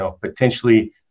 potentially